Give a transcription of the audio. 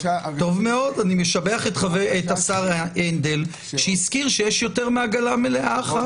אני משבח את השר הנדל שהזכיר שיש יותר עגלה מלאה אחת.